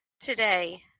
today